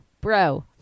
bro